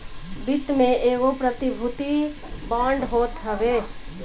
वित्त में एगो प्रतिभूति बांड होत हवे